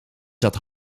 zat